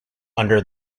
under